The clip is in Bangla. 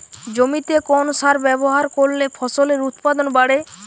জমিতে কোন সার ব্যবহার করলে ফসলের উৎপাদন বাড়ে?